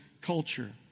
culture